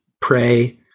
pray